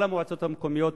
כל המועצות המקומיות,